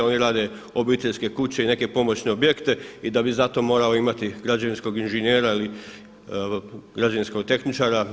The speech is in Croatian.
Oni rade obiteljske kuće i neke pomoćne objekte i da bi zato morao imati građevinskog inženjera ili građevinskog tehničara.